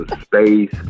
space